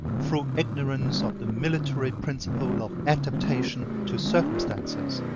through ignorance of the military principle of adaptation to circumstances.